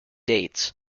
dates